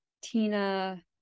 Tina